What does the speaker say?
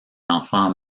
enfant